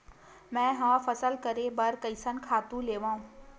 मैं ह फसल करे बर कइसन खातु लेवां?